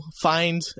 find